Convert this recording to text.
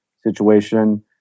situation